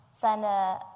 Seine